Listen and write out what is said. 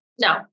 No